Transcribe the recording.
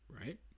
right